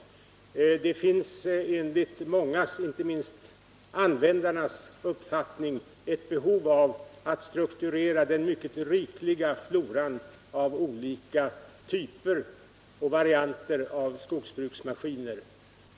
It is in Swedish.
Enligt mångas, inte minst användarnas, uppfattning finns det ett behov av att strukturera den mycket rikliga floran av olika typer och varianter av skogsbruksmaskiner.